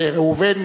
לראובן,